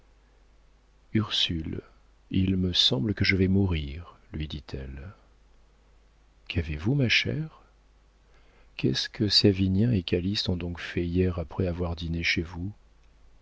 ursule il me semble que je vais mourir lui dit-elle qu'avez-vous ma chère qu'est-ce que savinien et calyste ont donc fait hier après avoir dîné chez vous